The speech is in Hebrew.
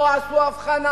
לא עשו הבחנה,